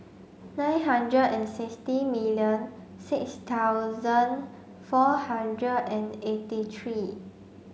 nine hundred and sixty million six thousand four hundred and eighty three